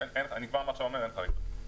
כבר מעכשיו אני אומר שאין חריגות.